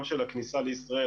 גם של הכניסה לישראל,